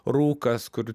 rūkas kur